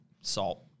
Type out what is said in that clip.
salt